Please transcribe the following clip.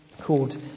called